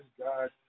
God